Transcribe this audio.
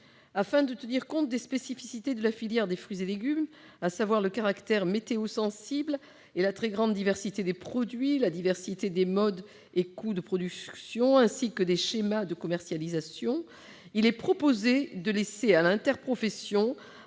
Afin de prendre en considération ces spécificités, à savoir le caractère météo-sensible, la très grande diversité des produits, la diversité des modes et des coûts de production ainsi que des schémas de commercialisation, il est proposé de laisser à l'interprofession,